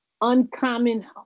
Uncommon